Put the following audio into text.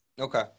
Okay